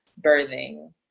birthing